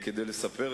כי אופיר פינס לא רוצה,